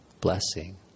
blessing